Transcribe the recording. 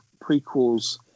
prequels